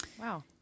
Wow